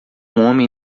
homem